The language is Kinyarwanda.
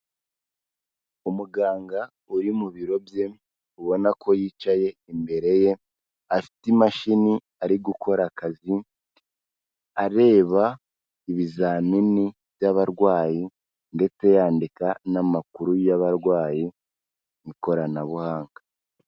Umuganga uri mu biro bye, ubona ko yicaye imbere ye, afite imashini ari gukora akazi, areba ibizamini by'abarwayi ndetse yandika n'amakuru y'abarwayi mu ikoranabuhanga.